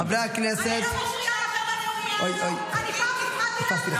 אני לא מפריעה לכם בנאומים, אני פעם הפרעתי לך?